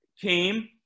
came